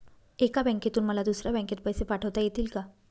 एका बँकेतून मला दुसऱ्या बँकेत पैसे पाठवता येतील का?